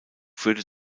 führte